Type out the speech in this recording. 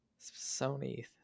Sony